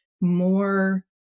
more